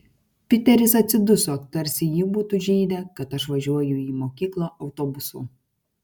piteris atsiduso tarsi jį būtų žeidę kad aš važiuoju į mokyklą autobusu